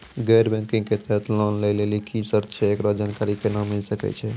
गैर बैंकिंग के तहत लोन लए लेली की सर्त छै, एकरो जानकारी केना मिले सकय छै?